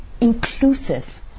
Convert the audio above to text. inclusive